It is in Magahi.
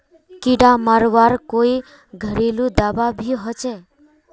कीड़ा मरवार कोई घरेलू दाबा भी होचए?